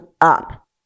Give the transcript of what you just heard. up